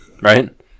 right